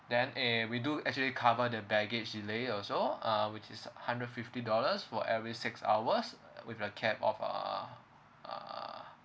then eh we do actually cover the baggage delay also uh which is uh hundred fifty dollars for every six hours with a cap of uh uh